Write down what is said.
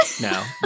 No